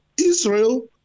Israel